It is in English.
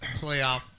playoff